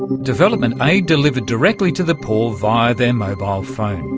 development aid delivered directly to the poor via their mobile phone,